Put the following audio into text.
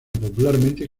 popularmente